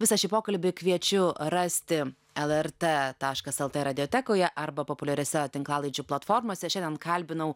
visą šį pokalbį kviečiu rasti lrt taškas lt radiotekoje arba populiariose tinklalaidžių platformose šiandien kalbinau